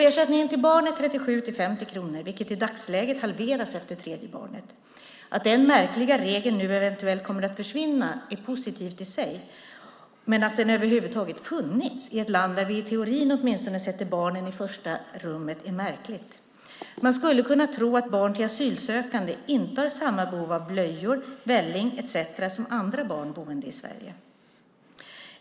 Ersättning till barn är 37-50 kronor, vilket i dagsläget halveras efter tredje barnet. Att den märkliga regeln nu eventuellt kommer att försvinna är positivt i sig, men det är märkligt att den över huvud taget funnits i ett land där vi, åtminstone i teorin, sätter barnen i första rummet. Man skulle kunna tro att barn till asylsökande inte har samma behov av blöjor, välling etcetera som andra barn boende i Sverige.